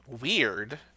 Weird